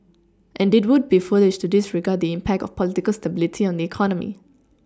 and it would be foolish to disregard the impact of political stability on the economy